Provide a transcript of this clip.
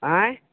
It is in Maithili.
आयॅं